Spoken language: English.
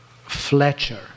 fletcher